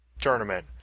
tournament